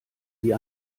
wie